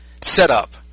setup